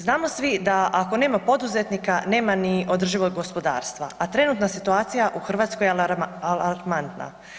Znamo svi da ako nema poduzetnika nema ni održivog gospodarstva, a trenutna situacija u Hrvatskoj je alarmantna.